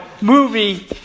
movie